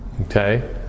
Okay